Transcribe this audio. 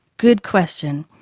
good question.